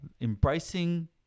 Embracing